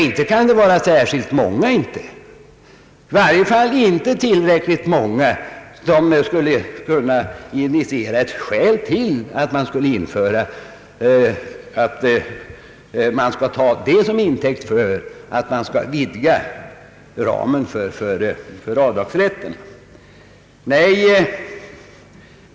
Inte kan det vara fråga om särskilt många, i varje fall inte tillräckligt många för att det skulle kunna tas som intäkt för att ramen för avdragsrätt vidgas.